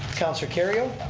councilor kerrio.